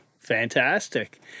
fantastic